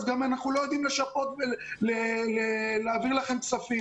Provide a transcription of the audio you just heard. גם אנחנו לא יודעים לשפות ולהעביר לכם כספים.